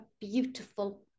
beautiful